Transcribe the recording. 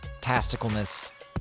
tasticalness